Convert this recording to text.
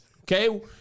okay